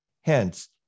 Hence